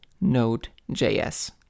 Node.js